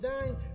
dying